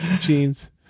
Jeans